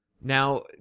Now